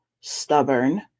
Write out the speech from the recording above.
stubborn